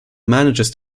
manages